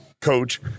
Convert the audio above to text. coach